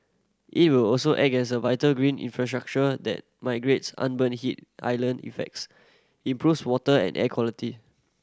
it will also act as a vital green infrastructure that mitigates urban heat island effects improves water and air quality